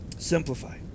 simplify